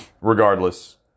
Regardless